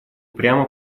прямо